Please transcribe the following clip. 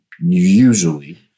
Usually